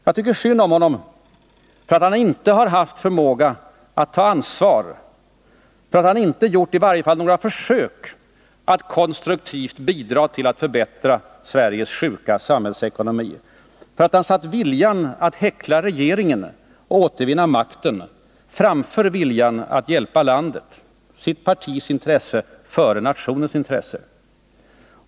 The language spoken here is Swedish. Jag tycker synd om honom för att han inte har haft förmåga att ta ansvar, för att han i varje fall inte har gjort några försök att konstruktivt bidra till att förbättra Sveriges sjuka samhällsekonomi, för att han satt viljan att häckla regeringen och återvinna makten framför viljan att hj älpa landet, för att han satt sitt partis intresse före nationens intresse.